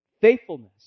faithfulness